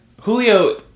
Julio